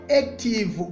active